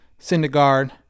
Syndergaard